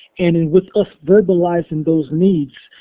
and and with us verbalizing those needs,